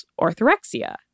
orthorexia